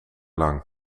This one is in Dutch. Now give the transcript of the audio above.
lang